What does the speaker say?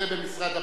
זה במשרד הבריאות.